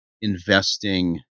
investing